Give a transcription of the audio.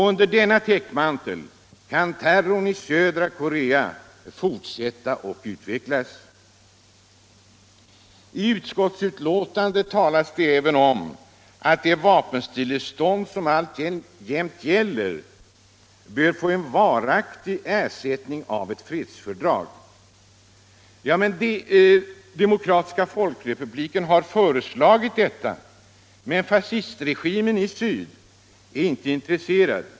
Under denna täckmantel kan terrorn i södra Korea fortsätta och utvecklas. 1 utskottsbetänkandet talas det även om att det vapenstillestånd som alltjämt gäller bör få en varaktig ersättning av ett fredsfördrag. Demokratiska folkrepubliken Korea har föreslagit detta, men fascistregimen i syd är inte intresserad.